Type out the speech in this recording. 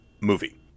movie